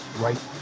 right